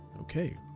okay